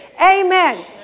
Amen